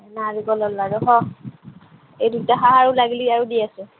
নাৰিকলৰ লাৰু হু এই দুটা খা আৰু লাগিলে আৰু দি আছোঁ